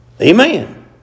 Amen